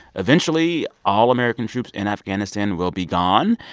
eventually, all american troops in afghanistan will be gone.